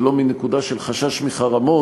ולא מנקודה של חשש מחרמות,